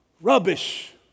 Rubbish